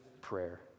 prayer